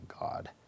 God